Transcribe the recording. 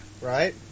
Right